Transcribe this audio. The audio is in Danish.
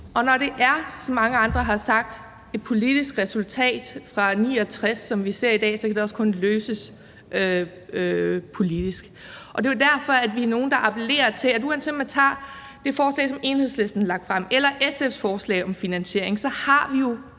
Og når det er, som mange andre har sagt, et politisk resultat fra 1969, som vi ser i dag, så kan det også kun løses politisk. Det er jo derfor, vi er nogle, der appellerer til at finde en løsning, for uanset om man tager det forslag, som Enhedslisten har lagt frem, eller det, som SF har lagt frem, om finansiering, så er der jo